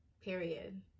Period